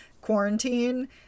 quarantine